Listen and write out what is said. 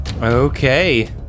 Okay